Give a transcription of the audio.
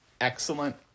excellent